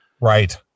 Right